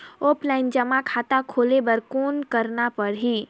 Offline जमा खाता खोले बर कौन करना पड़ही?